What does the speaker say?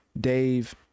Dave